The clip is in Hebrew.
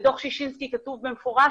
בדוח ששינסקי כתוב במפורש,